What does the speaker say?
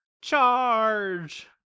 Charge